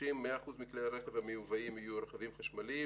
100% מכלי הרכב המיובאים יהיו חשמליים.